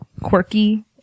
Quirky